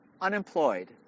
unemployed